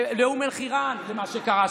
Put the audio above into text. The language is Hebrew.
לאום אל-חיראן ומה שקרה שם.